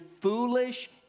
foolish